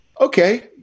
okay